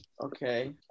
Okay